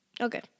Okay